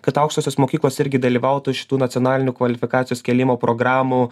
kad aukštosios mokyklos irgi dalyvautų šitų nacionalinių kvalifikacijos kėlimo programų